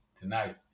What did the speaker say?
tonight